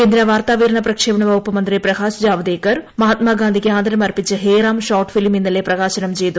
കേന്ദ്ര വാർത്താവിതരണ പ്രക്ഷേപണ വകുപ്പ്മന്ത്രി പ്രകാശ് ജാവദേക്കർ മഹാത്മാഗാന്ധിക്ക് ആദരം അർപ്പിച്ച് ഹെയ് റാം ഷോർട്ട്ഫിലിം ഇന്നലെ പ്രകാശനം ചെയ്തു